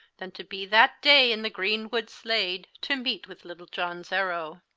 than to be that day in the green-wood slade to meet with little johns arrowe.